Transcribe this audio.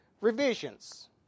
revisions